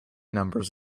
numbers